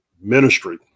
ministry